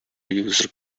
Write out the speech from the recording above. user